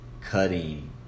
cutting